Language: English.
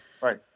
Right